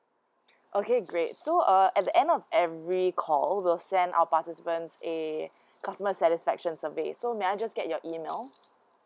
okay great so uh at the end of every call we'll send our participants a customer satisfaction surveys so may I just get your email